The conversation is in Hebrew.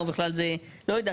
"ובכלל זה..." לא יודעת.